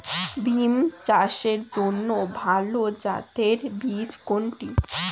বিম চাষের জন্য ভালো জাতের বীজ কোনটি?